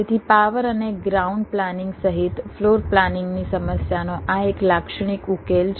તેથી પાવર અને ground planning સહિત ફ્લોર પ્લાનિંગની સમસ્યાનો આ એક લાક્ષણિક ઉકેલ છે